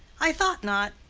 i thought not,